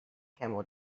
camel